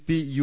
P U